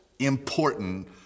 important